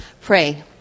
Pray